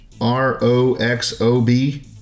R-O-X-O-B